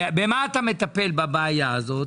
במה אתה מטפל בבעיה הזאת?